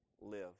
live